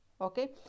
Okay